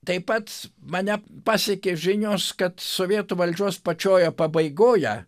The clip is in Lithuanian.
taip pat mane pasiekė žinios kad sovietų valdžios pačioje pabaigoje